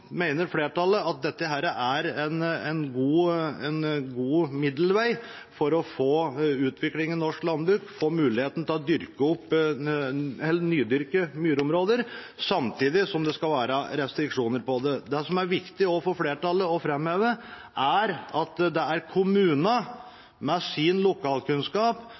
norsk landbruk, få muligheten til å nydyrke myrområder, samtidig som det skal være restriksjoner på det. Det som også er viktig for flertallet å framheve, er at det er kommunene med sin lokalkunnskap